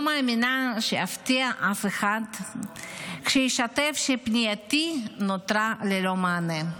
לא מאמינה שאפתיע אף אחד כשאשתף שפנייתי נותרה ללא מענה.